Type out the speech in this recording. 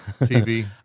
tv